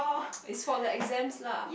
it is for the exams lah